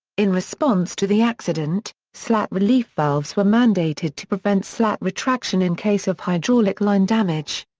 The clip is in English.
in response to the accident, slat relief valves were mandated to prevent slat retraction in case of hydraulic line damage.